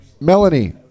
Melanie